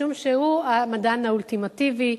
משום שהוא המדען האולטימטיבי,